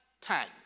time